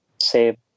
say